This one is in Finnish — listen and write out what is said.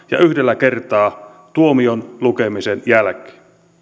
ja yhdellä kertaa tuomion lukemisen jälkeen